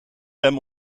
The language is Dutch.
hem